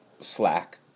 Slack